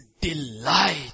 delight